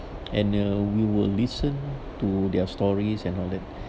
and uh we will listen to their stories and all that